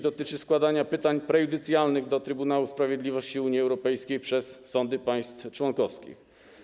Dotyczy to składania pytań prejudycjalnych do Trybunału Sprawiedliwości Unii Europejskiej przez sądy państw członkowskich.